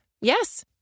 Yes